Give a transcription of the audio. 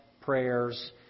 prayers